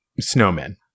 snowmen